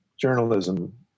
journalism